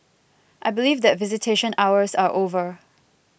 I believe that visitation hours are over